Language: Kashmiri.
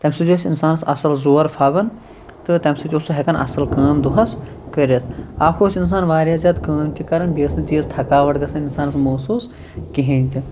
تَمہِ سۭتۍ ٲسۍ اِنسانَس اَصٕل زور پھاوان تہٕ تَمہِ سۭتۍ اوس سُہ ہٮ۪کان اصٕل کٲم دۄہَس کٔرِتھ اَکھ اوس اِنسان واریاہ زیادٕ کٲم تہِ کران بیٚیہِ ٲسۍ نہٕ تیٖژ تھکاوَٹ گژھان اِنسانَس محسوٗس کِہیٖنۍ تہِ